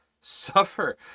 suffer